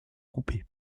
coupé